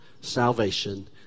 salvation